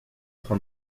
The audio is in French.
train